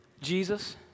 Jesus